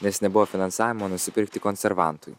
nes nebuvo finansavimo nusipirkti konservantui